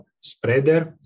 spreader